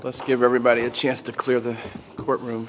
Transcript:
let's give everybody a chance to clear the court room